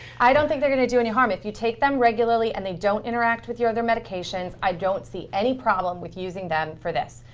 i don't think they're going to do any harm. if you take them regularly and they don't interact with your other medications, i don't see any problem with using them for this.